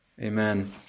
Amen